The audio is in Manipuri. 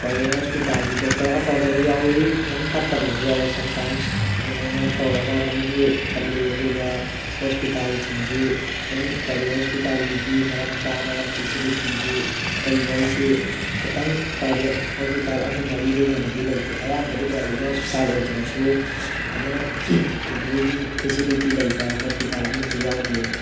ꯄ꯭ꯔꯥꯏꯚꯦꯠ ꯍꯣꯁꯄꯤꯇꯥꯜꯒꯤ ꯗꯣꯛꯇꯔ ꯑꯐꯕꯁꯨ ꯌꯥꯎꯋꯤ ꯑꯗꯨꯝ ꯐꯠꯇꯕꯁꯨ ꯌꯥꯎꯋꯤ ꯁꯝꯇꯥꯏꯝꯁ ꯑꯗꯨꯃꯥꯏꯅ ꯇꯧꯔꯒ ꯑꯗꯨꯝ ꯆꯠꯂꯤ ꯑꯗꯨꯒ ꯍꯣꯁꯄꯤꯇꯥꯜꯁꯤꯡꯁꯤ ꯑꯗꯨꯝ ꯄ꯭ꯔꯥꯏꯚꯦꯠ ꯍꯣꯁꯄꯤꯇꯥꯜꯒꯤꯗꯤ ꯃꯔꯝ ꯆꯥꯅ ꯐꯤꯁꯤꯂꯤꯇꯤꯁꯤ ꯂꯩꯕ ꯍꯥꯏꯁꯤ ꯈꯤꯇꯪ ꯄ꯭ꯔꯥꯏꯚꯦꯠ ꯍꯣꯁꯄꯤꯇꯥꯜ ꯑꯍꯨꯝ ꯃꯔꯤꯗꯩ ꯍꯦꯟꯅꯗꯤ ꯂꯩꯇꯦ ꯑꯌꯥꯝꯕꯗꯤ ꯄ꯭ꯔꯥꯏꯚꯦꯠ ꯍꯣꯁꯄꯤꯇꯥꯜ ꯑꯣꯏꯖꯔꯁꯨ ꯐꯖꯅ ꯐꯤꯁꯤꯂꯤꯇꯤ ꯂꯩꯕ ꯍꯣꯁꯄꯤꯇꯥꯜ ꯑꯃꯠꯇ ꯌꯥꯎꯗꯦꯕ